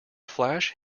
flash